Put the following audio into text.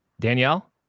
Danielle